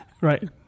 Right